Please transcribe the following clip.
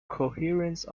coherence